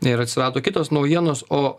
ir atsirado kitos naujienos o